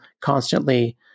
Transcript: constantly